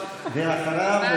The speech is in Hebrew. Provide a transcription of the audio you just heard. ואחריו,